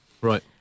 Right